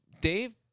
Dave